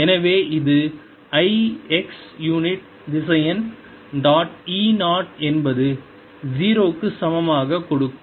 எனவே இது i - x unit திசையன் டாட் E 0 என்பது 0 க்கு சமமாக கொடுக்கும்